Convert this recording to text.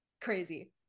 crazy